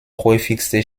häufigste